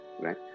right